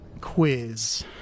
quiz